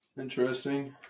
Interesting